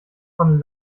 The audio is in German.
von